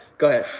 go ahead.